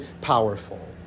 powerful